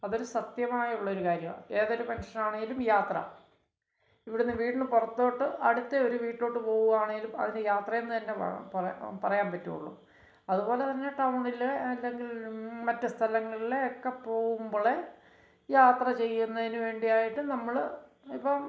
അതൊരു സത്യമായുള്ളൊരു കാര്യമാണ് ഏതൊരു മനുഷ്യനാണേലും യാത്ര ഇവിടുന്ന് വീടിന് പുറത്തോട്ട് അടുത്ത ഒരു വീട്ടിലോട്ട് പോവാണേലും അതിന് യാത്രയെന്ന് തന്നെ പറയാൻ പറ്റുവുള്ളു അതുപോലെതന്നെ ടൗണില് എന്തെങ്കിലും മറ്റ് സ്ഥലങ്ങളില് ഒക്കെ പോവുമ്പോള് യാത്ര ചെയ്യുന്നതിനു വേണ്ടിയായിട്ട് നമ്മള് ഇപ്പോള്